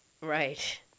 Right